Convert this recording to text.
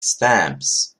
stamps